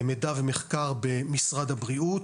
מידע ומחקר במשרד הבריאות,